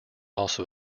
also